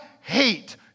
hate